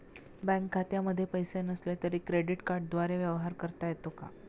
Bank खात्यामध्ये पैसे नसले तरी क्रेडिट कार्डद्वारे व्यवहार करता येतो का?